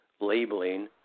labeling